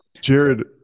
Jared